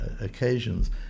occasions